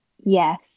Yes